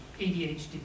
ADHD